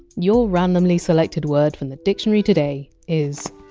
your randomly selected word from the dictionary today is!